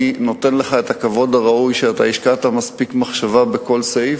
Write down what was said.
אני נותן לך את הכבוד הראוי שאתה השקעת מספיק מחשבה בכל סעיף,